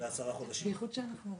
מי נמנע?